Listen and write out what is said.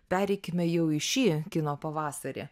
pereikime jau į šį kino pavasarį